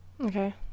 okay